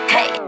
Hey